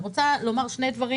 אני רוצה לומר שני דברים.